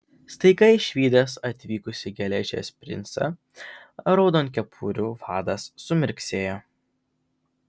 staiga išvydęs atvykusį geležies princą raudonkepurių vadas sumirksėjo